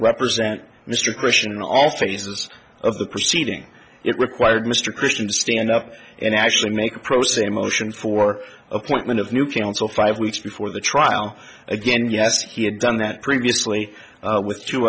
represent mr christian in all phases of the proceeding it required mr christian to stand up and actually make a pro se motion for appointment of new counsel five weeks before the trial again yes he had done that previously with two